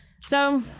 So-